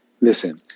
Listen